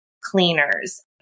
cleaners